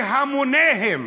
בהמוניהם,